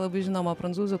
labai žinomo prancūzų